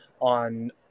on